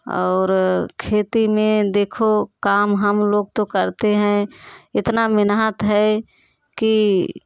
और खेती में देखो काम हम लोग तो करते हैं इतना मेहनत है कि